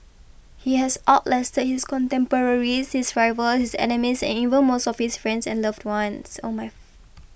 he has out lasted his contemporaries his rivals his enemies and even most of his friends and loved ones oh my